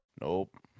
Nope